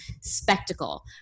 spectacle